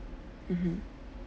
mmhmm